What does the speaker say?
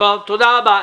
תודה רבה.